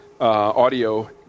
audio